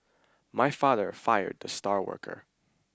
my father fired the star worker